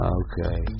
okay